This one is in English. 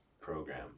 program